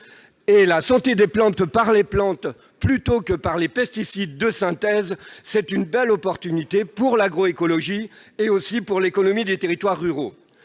La santé des plantes par les plantes, plutôt que par les pesticides de synthèse, est une belle opportunité pour l'agroécologie ainsi que pour l'économie des territoires ruraux.